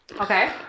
Okay